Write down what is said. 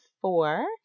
four